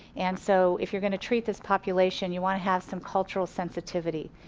and so if you're going to treat this population, you want to have some cultural sensitivity.